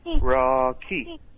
Rocky